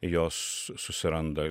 jos susiranda